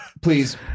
please